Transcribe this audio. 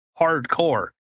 hardcore